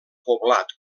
poblat